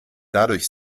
dadurch